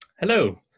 Hello